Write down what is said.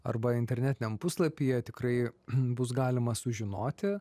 arba internetiniam puslapyje tikrai bus galima sužinoti